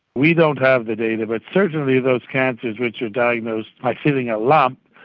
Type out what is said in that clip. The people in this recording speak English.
we don't have the data, but certainly those cancers which are diagnosed by feeling a lump,